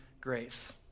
grace